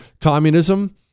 communism